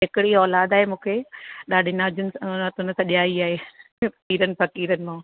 हिकिड़ी औलाद आहे मूंखे ॾाढी नाज़नि हथ में त ॼाई आहे पीरनि फ़कीरनि मां